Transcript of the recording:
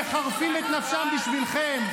שמחרפים את נפשם בשבילכם.